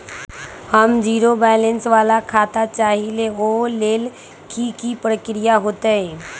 हम zero balance वाला खाता चाहइले वो लेल की की प्रक्रिया होतई?